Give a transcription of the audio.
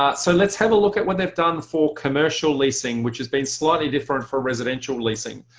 ah so let's have a look at what they've done for commercial leasing which has been slightly different for residential leasing.